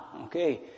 okay